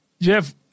Jeff